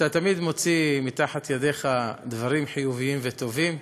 אתה תמיד מוציא מתחת ידיך דברים חיוביים וטובים.